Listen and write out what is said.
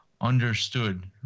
understood